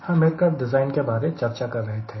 हम aircraft design के बारे चर्चा कर रहे थे